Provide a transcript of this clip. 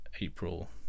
April